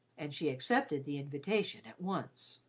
and she accepted the invitation at once.